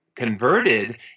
converted